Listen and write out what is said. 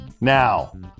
Now